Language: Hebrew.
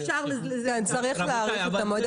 צריך להאריך את המועד.